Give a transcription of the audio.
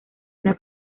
una